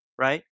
right